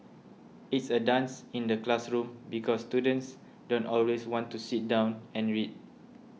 it's a dance in the classroom because students don't always want to sit down and read